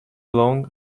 long